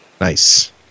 Nice